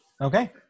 Okay